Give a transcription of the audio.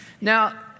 Now